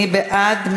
מי בעד?